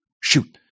Shoot